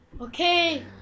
Okay